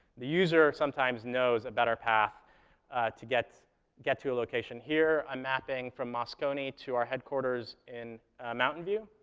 the user sometimes knows a better path to get get to a location. here, i'm mapping from moscone to our headquarters in mountain view,